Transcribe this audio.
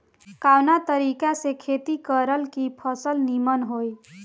कवना तरीका से खेती करल की फसल नीमन होई?